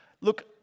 look